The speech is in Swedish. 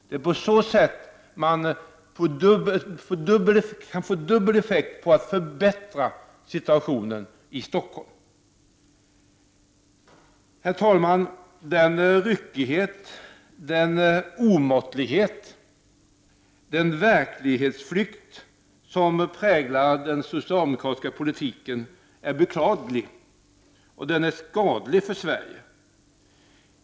Det är på så sätt man kan få dubbel effekt i fråga om att förbättra situationen i Stockholm. Herr talman! Den ryckighet, den omåttlighet, den verklighetsflykt som präglar den socialdemokratiska politiken är beklaglig, och den är skadlig för Sverige.